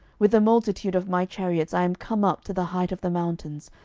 with the multitude of my chariots i am come up to the height of the mountains,